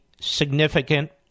significant